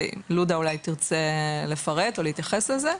ולודה אולי תרצה לפרט או להתייחס לזה.